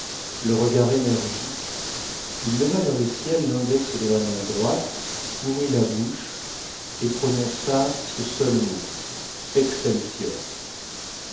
le regard énergique il leva vers le ciel l'index de la main droite ouvrit la bouche et prononça ce seul mot excelsior